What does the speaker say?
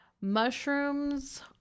Mushrooms